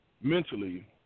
mentally